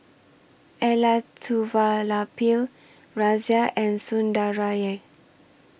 Elattuvalapil Razia and Sundaraiah